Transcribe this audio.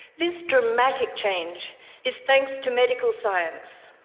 this dramatic change is thanks to medical science.